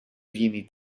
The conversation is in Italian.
vini